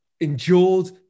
Endured